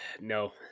No